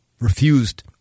Refused